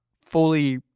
fully